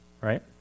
Right